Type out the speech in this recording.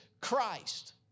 Christ